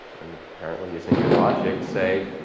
and apparently, using your logic, say,